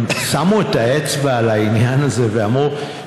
הם שמו את האצבע על העניין הזה ואמרו